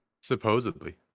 Supposedly